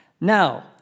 Now